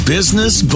Business